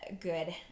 good